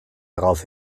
darauf